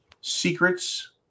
secrets